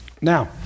Now